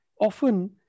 Often